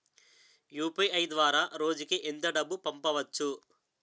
UPI ద్వారా రోజుకి ఎంత డబ్బు పంపవచ్చు?